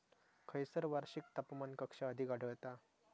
खैयसर वार्षिक तापमान कक्षा अधिक आढळता?